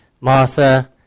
Martha